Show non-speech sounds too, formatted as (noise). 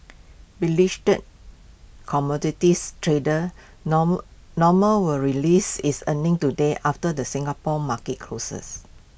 beleaguered commodities trader (unintelligible) normal will release its earnings today after the Singapore market closes